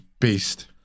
beast